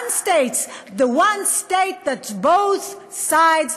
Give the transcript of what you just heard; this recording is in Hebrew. one state, the one state that both sides want.